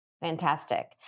Fantastic